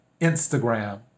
Instagram